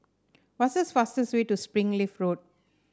what's the fastest way to Springleaf Road